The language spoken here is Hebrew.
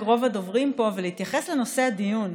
רוב הדוברים פה ולהתייחס לנושא הדיון.